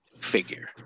figure